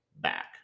back